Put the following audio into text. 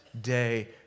day